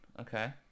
okay